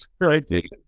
right